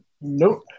Nope